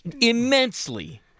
Immensely